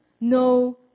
no